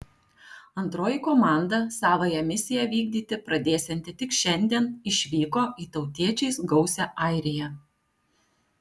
antroji komanda savąją misiją vykdyti pradėsianti tik šiandien išvyko į tautiečiais gausią airiją